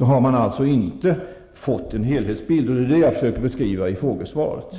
har man inte fått en helhetsbild. Det är det jag försökte beskriva i frågesvaret.